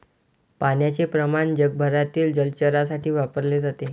पाण्याचे प्रमाण जगभरातील जलचरांसाठी वापरले जाते